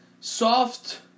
soft